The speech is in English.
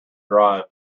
drive